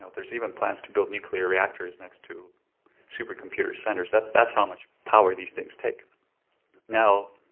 ah there's even plans to build nuclear reactors next to super computer centers. that's that's how much power these things take now,